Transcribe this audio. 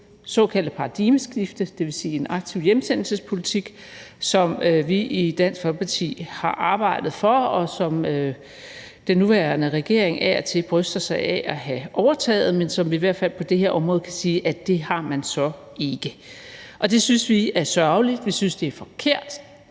såkaldte paradigmeskifte, dvs. en aktiv hjemsendelsespolitik, som vi i Dansk Folkeparti har arbejdet for, og som den nuværende regering af og til bryster sig af at have overtaget, men hvor vi i hvert fald på det område kan sige, at det har man så ikke. Det synes vi er sørgeligt. Vi synes, det er forkert.